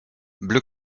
bleu